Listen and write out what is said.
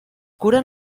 curen